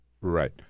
Right